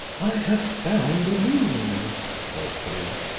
i have found a means, said he.